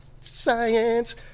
science